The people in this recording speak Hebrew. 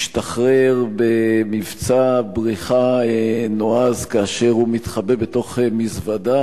והשתחרר במבצע בריחה נועז כאשר הוא מתחבא בתוך מזוודה.